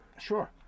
sure